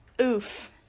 Oof